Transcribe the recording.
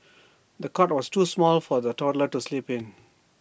the cot was too small for the toddler to sleep in